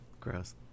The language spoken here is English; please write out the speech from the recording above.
Gross